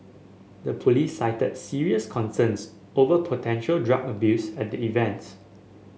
the police cited serious concerns over potential drug abuse at the event